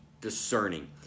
discerning